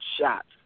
shots